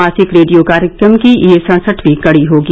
मासिक रेडियो कार्यक्रम की यह सड़सठवीं कड़ी होगी